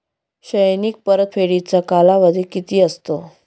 शैक्षणिक परतफेडीचा कालावधी किती असतो?